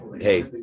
hey